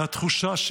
והתחושה,